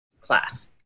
class